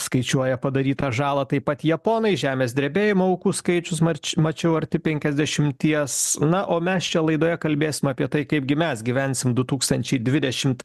skaičiuoja padarytą žalą taip pat japonai žemės drebėjimo aukų skaičius marč mačiau arti penkiasdešimties na o mes čia laidoje kalbėsim apie tai kaipgi mes gyvensim du tūkstančiai dvidešimt